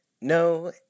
no